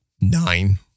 nine